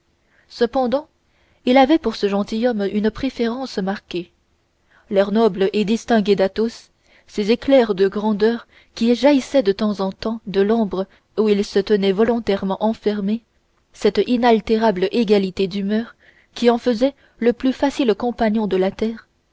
cependant il avait pour ce gentilhomme une préférence marquée l'air noble et distingué d'athos ces éclairs de grandeur qui jaillissaient de temps en temps de l'ombre où il se tenait volontairement enfermé cette inaltérable égalité d'humeur qui en faisait le plus facile compagnon de la terre